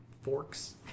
forks